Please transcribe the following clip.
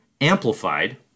amplified